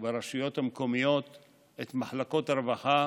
ברשויות המקומיות את מחלקות הרווחה